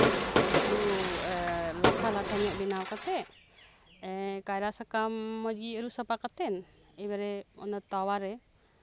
ᱩᱛᱩ ᱞᱟᱴᱷᱟ ᱞᱟᱴᱷᱟ ᱧᱚᱜ ᱵᱮᱱᱟᱣ ᱠᱟᱛᱮᱜ ᱠᱟᱭᱨᱟ ᱥᱟᱠᱟᱢ ᱢᱚᱸᱡᱽᱜᱮ ᱟᱹᱨᱩᱵ ᱥᱟᱯᱷᱟ ᱠᱟᱛᱮᱜ ᱮᱵᱟᱨᱮ ᱚᱱᱟ ᱛᱟᱣᱟᱨᱮ